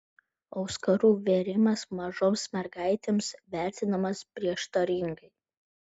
auskarų vėrimas mažoms mergaitėms vertinamas prieštaringai